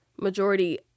majority